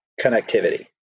connectivity